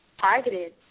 targeted